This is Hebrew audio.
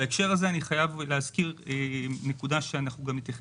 בהקשר הזה אני חייב להזכיר נקודה שנתייחס